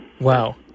wow